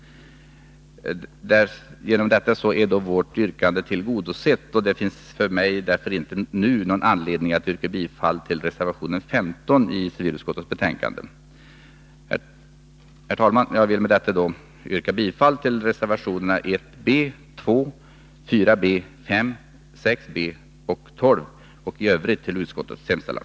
Genom detta är vårt yrkande tillgodosett, och det finns därför nu ingen anledning för mig att yrka bifall till reservationen 15 vid civilutskottets betänkande. Herr talman! Jag vill med detta yrka bifall till reservationerna 1 b, 2,4 b,5, 6 b och 12 och i övrigt till utskottets hemställan.